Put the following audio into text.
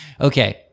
Okay